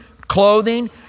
clothing